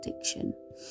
addiction